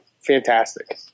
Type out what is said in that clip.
Fantastic